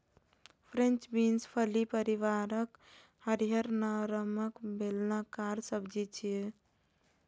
French bean फली परिवारक हरियर, नमहर, बेलनाकार सब्जी छियै